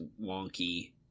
wonky